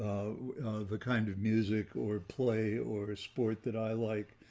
the kind of music or play or a sport that i like,